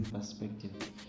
perspective